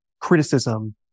criticism